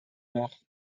noch